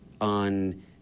on